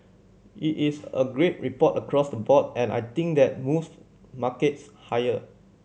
it's a great report across the board and I think that moves markets higher